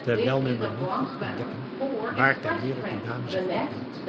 terwijl men maar niet kon ontdekken waar ter wereld die dame zich ophield